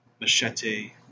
Machete